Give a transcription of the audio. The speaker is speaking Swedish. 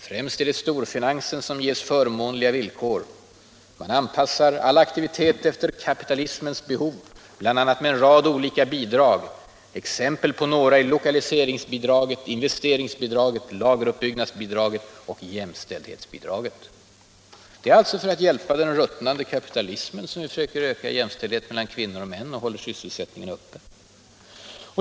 Främst är det storfinansen som ges förmånliga villkor.” Vidare heter det att man anpassar ”all aktivitet efter kapitalismens behov, bl.a. med en rad olika bidrag. Exempel på några är lokaliseringsbidraget, investeringsbidraget, lageruppbyggnadsbidraget och jämställdhetsbidraget.” Det är alltså för att hjälpa ”den ruttnande kapitalismen” som vi försöker öka jämställdheten mellan kvinnor och män och håller sysselsättningen uppe!